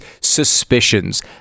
suspicions